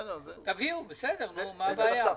בסדר, תביאו, מה הבעיה.